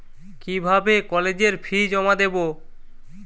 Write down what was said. কিভাবে কলেজের ফি জমা দেবো?